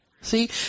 See